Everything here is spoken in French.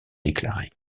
déclaré